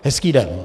Hezký den.